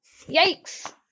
yikes